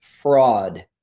Fraud